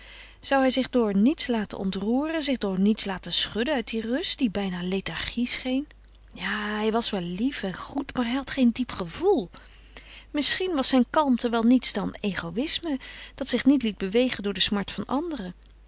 zou hij zich door niets laten ontroeren zich door niets laten schudden uit die rust die bijna lethargie scheen ja hij was wel lief en goed maar hij had geen diep gevoel misschien was zijne kalmte wel niets dan egoïsme dat zich niet liet bewegen door de smart van anderen